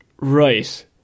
right